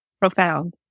profound